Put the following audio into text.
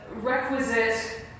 requisite